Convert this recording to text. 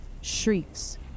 shrieks